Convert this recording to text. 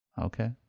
Okay